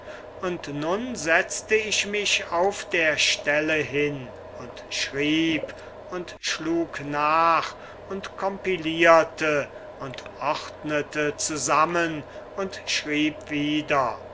und also setzt ich mich und schrieb und schlug nach und compilierte und ordnete zusammen und schrieb wieder